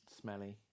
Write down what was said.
smelly